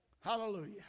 Hallelujah